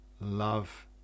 love